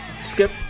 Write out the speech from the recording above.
skip